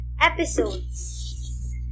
episodes